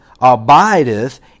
abideth